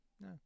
No